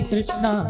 Krishna